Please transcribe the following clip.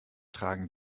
tragen